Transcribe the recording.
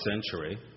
century